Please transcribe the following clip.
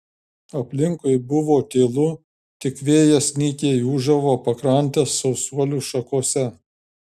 aplinkui buvo tylu tik vėjas nykiai ūžavo pakrantės sausuolių šakose